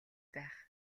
байх